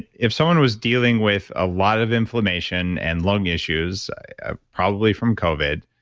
if someone was dealing with a lot of inflammation, and lung issues ah probably from covid,